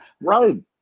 Right